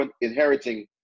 inheriting